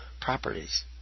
properties